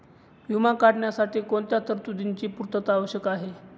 विमा काढण्यासाठी कोणत्या तरतूदींची पूर्णता आवश्यक आहे?